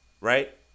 right